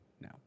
no